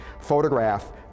photograph